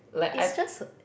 is just a